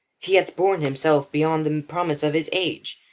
he hath borne himself beyond the promise of his age,